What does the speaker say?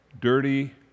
dirty